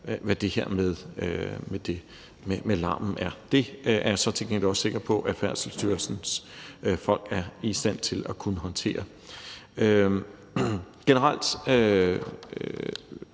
med hensyn til larmen. Det er jeg så til gengæld også sikker på at Færdselsstyrelsens folk er i stand til at kunne håndtere. Generelt